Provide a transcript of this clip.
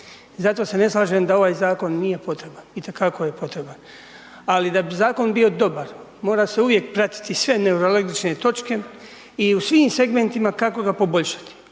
zato se ne slažem da ovaj zakon nije potreban, itekako je potreban. Ali da bi zakon bio dobar mora se uvijek pratiti sve nelogične točke i u svim segmentima kako ga poboljšati.